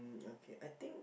mm okay I think